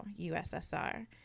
USSR